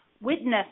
witness